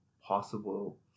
possible